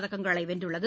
பதக்கங்களை வென்றுள்ளது